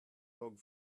log